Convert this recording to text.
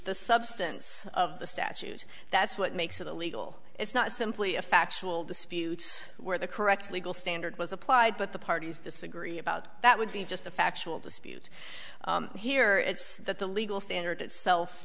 the substance of the statute that's what makes it a legal it's not simply a factual dispute where the correct legal standard was applied but the parties disagree about that would be just a factual dispute here it's that the legal standard itself